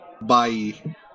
bye